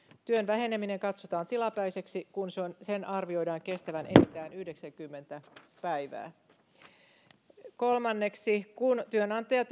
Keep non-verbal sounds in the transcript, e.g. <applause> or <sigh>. työn väheneminen katsotaan tilapäiseksi kun sen arvioidaan kestävän enintään yhdeksänkymmentä päivää ja kolmanneksi kun työnantaja <unintelligible>